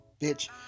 bitch